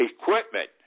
equipment